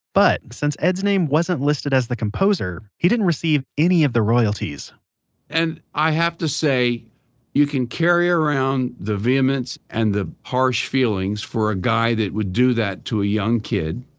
but since edd's name wasn't listed as the composer, he didn't receive any of the royalties and i have to say you can carry around the vehemence and the harsh feelings for a guy that would do that to a young kid.